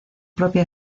propia